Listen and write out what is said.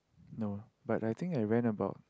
no but I think I ran about